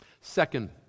Second